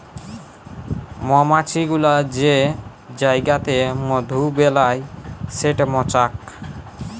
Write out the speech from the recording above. মমাছি গুলা যে জাইগাতে মধু বেলায় সেট মচাক